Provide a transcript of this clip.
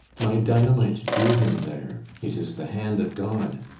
my dynamite drew him there. it is the hand of god.